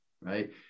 right